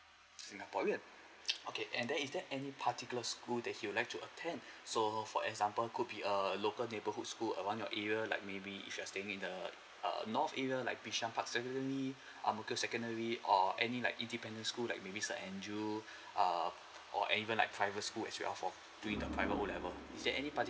singaporean okay and then is there any particular school that he would like to attend so for example could be a local neighbourhood school around your area like maybe if you're staying in the err north area like bishan park secondary ang mo kio secondary or any like independent school like maybe saint andrew err or even like private school as well as for doing the private O level is there any particular